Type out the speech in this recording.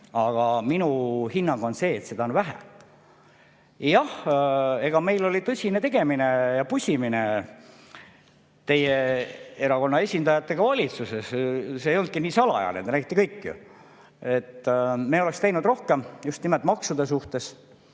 Aga minu hinnang on see, et seda on vähe. Jah, meil oli tõsine tegemine ja pusimine teie erakonna esindajatega valitsuses. See ei olnudki nii salajane, te nägite kõik ju. Me oleks teinud rohkem, just nimelt maksude suhtes,